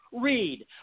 read